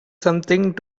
something